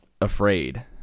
afraid